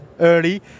early